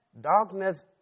Darkness